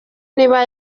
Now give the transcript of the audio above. niba